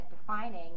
defining